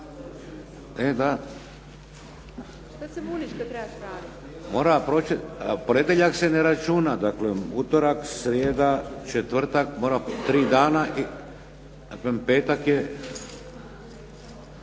Šta se buniš kada trebaš raditi./… Mora proći, ponedjeljak se ne računa, dakle, utorak, srijeda, četvrtak, mora tri dana i dakle petak je